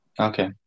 okay